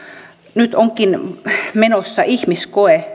nyt onkin menossa ihmiskoe